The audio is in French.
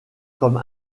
comme